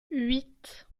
huit